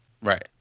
Right